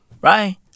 Right